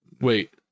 wait